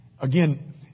again